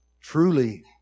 Truly